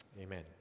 Amen